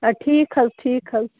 ادٕ ٹھیٖک حَظ ٹھیٖک حَظ چھُ